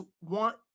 want